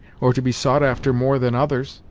or to be sought after more than others.